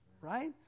right